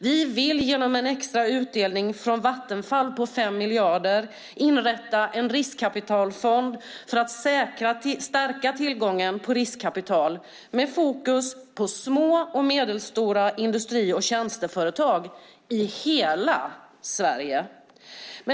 Vi vill genom en extra utdelning på 5 miljarder från Vattenfall inrätta en riskkapitalfond för att stärka tillgången på riskkapital med fokus på små och medelstora industri och tjänsteföretag i hela Sverige.